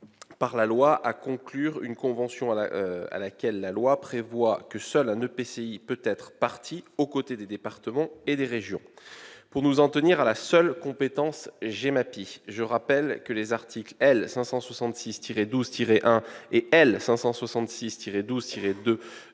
par la loi à conclure une convention dont, selon cette même loi, seul un EPCI peut être partie prenante, aux côtés des départements et des régions. Pour nous en tenir à la seule compétence GEMAPI, je rappelle que les articles L. 566-12-1 et L. 566-12-2